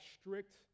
strict